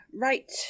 right